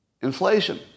Inflation